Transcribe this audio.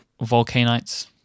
volcanites